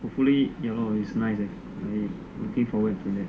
hopefully you know it's nice looking forward to that